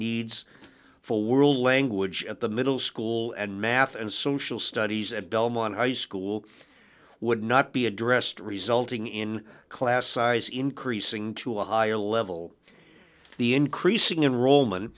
needs for world language at the middle school and math and social studies at belmont high school would not be addressed resulting in class size increasing to a higher level the increasing enrollment